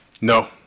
No